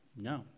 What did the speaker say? No